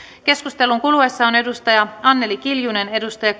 keskustelussa on anneli kiljunen